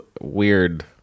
weird